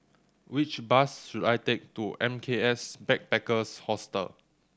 which bus should I take to M K S Backpackers Hostel